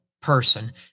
person